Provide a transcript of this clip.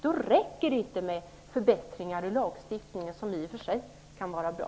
Då räcker det inte med förbättringar i lagstiftningen, även om sådana i och för sig kan vara bra.